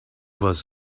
was